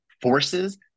forces